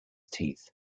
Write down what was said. teeth